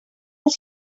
els